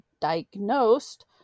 diagnosed